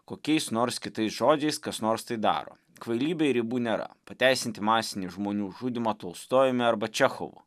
kokiais nors kitais žodžiais kas nors tai daro kvailybei ribų nėra pateisinti masinį žmonių žudymą tolstojumi arba čechovu